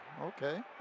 Okay